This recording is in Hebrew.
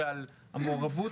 ועל המעורבות,